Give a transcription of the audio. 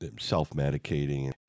self-medicating